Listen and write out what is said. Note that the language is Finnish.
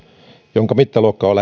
jonka mittaluokka on